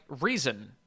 reason